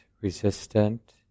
resistant